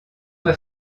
m’a